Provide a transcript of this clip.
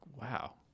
Wow